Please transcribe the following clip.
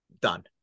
Done